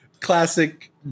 classic